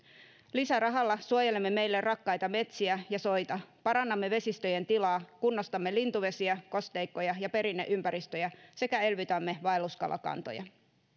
lisärahalla suojelemme meille rakkaita metsiä ja soita parannamme vesistöjen tilaa kunnostamme lintuvesiä kosteikkoja ja perinneympäristöjä sekä elvytämme vaelluskalakantoja